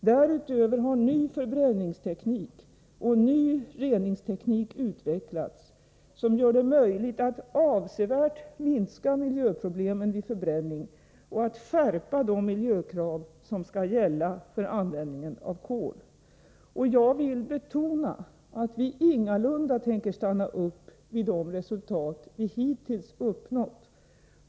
Därutöver har ny förbränningsteknik och ny reningsteknik utvecklats som gör det möjligt att avsevärt minska miljöproblemen vid förbränning och skärpa de miljökrav som skall gälla för användningen av kol. Och jag vill betona att vi ingalunda tänker stanna upp vid de resultat vi hittills uppnått.